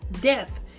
Death